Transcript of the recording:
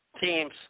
teams